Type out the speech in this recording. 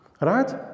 right